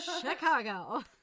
Chicago